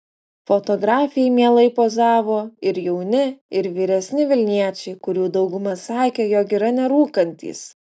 fotografei mielai pozavo ir jauni ir vyresni vilniečiai kurių dauguma sakė jog yra nerūkantys